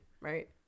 right